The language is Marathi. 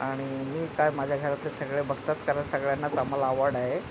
आणि मी काय माझ्या घरात सगळे बघतात कारण सगळ्यांनाच आम्हाला आवड आहे